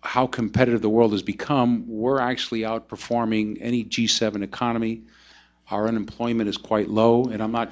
how competitive the world has become we're actually outperforming any g seven economy our unemployment is quite low and i'm not